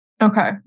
Okay